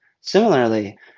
Similarly